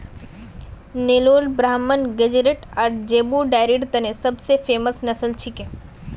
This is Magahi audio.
नेलोर ब्राह्मण गेज़रैट आर ज़ेबू डेयरीर तने सब स फेमस नस्ल छिके